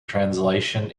translation